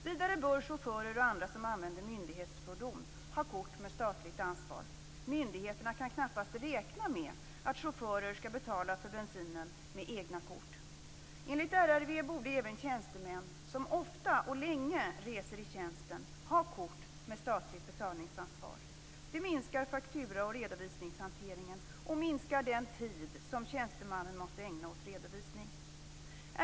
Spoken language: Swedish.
Vidare bör chaufförer och andra som använder myndighetsfordon ha kort med statligt betalningsansvar. Myndigheterna kan knappast räkna med att chaufförer skall betala för bensinen med egna kort. Enligt RRV bör också tjänstemän som ofta och länge reser i tjänsten ha kort med statligt betalningsansvar. Det minskar faktura och redovisningshanteringen, och det minskar den tid som tjänstemannen måste ägna åt redovisning.